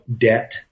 debt